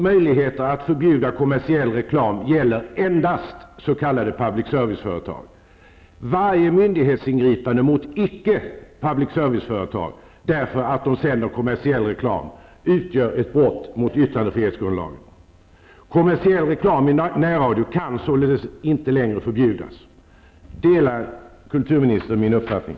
Min slutsats är denna: Varje myndighetsingripande mot icke-public service-företag, därför att dessa sänder kommersiell reklam, utgör ett brott mot yttrandefrihetsgrundlagen. Kommersiell reklam i närradion kan således ej längre förbjudas! Delar kulturministern min uppfattning?